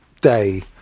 day